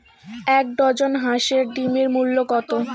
এক ডজন হাঁসের ডিমের মূল্য কত?